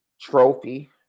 trophy